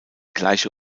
gleiche